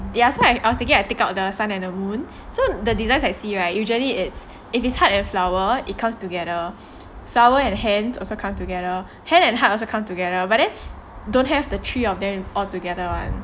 ya so I was thinking I take out the sun and the moon so the designs I see right usually it's if his heart and flower it comes together flower and hands also come together hand and heart also come together but then don't have the three of them altogether one